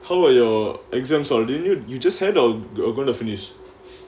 how were your exams or lenient you just head of going to finish